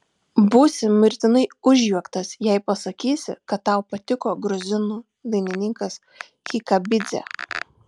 būsi mirtinai užjuoktas jei pasakysi kad tau patiko gruzinų dainininkas kikabidzė